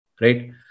Right